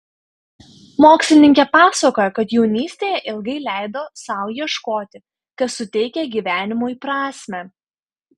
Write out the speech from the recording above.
mokslininkė pasakoja kad jaunystėje ilgai leido sau ieškoti kas suteikia gyvenimui prasmę